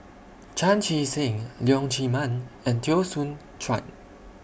Chan Chee Seng Leong Chee Mun and Teo Soon Chuan